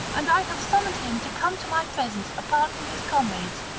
and i have summoned him to come to my presence apart from his comrades,